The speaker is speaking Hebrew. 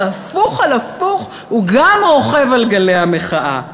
בהפוך על הפוך הוא גם רוכב על גלי המחאה,